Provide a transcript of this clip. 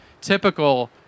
typical